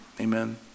Amen